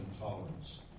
intolerance